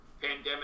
pandemic